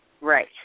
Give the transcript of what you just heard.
Right